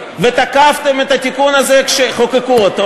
ותקפתם את התיקון הזה כשחוקקו אותו.